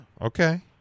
Okay